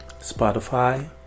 Spotify